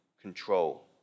control